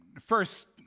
first